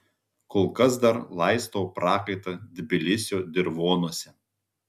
kol kas dar laistau prakaitą tbilisio dirvonuose